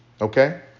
Okay